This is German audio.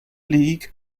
league